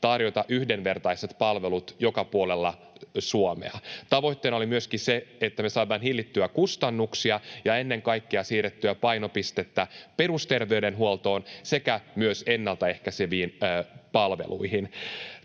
tarjota yhdenvertaiset palvelut joka puolella Suomea. Tavoitteena oli myöskin, että me saadaan hillittyä kustannuksia ja ennen kaikkea siirrettyä painopistettä perusterveydenhuoltoon sekä myös ennaltaehkäiseviin palveluihin.